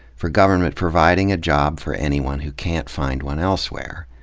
for government providing a job for anyone who can't find one elsewhere.